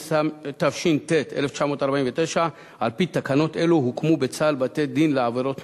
התש"ט 1949. על-פי תקנות אלו הוקמו בצה"ל בתי-דין לעבירות תנועה,